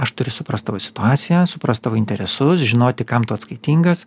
aš turiu suprast tavo situaciją suprast tavo interesus žinoti kam tu atskaitingas